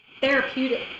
therapeutic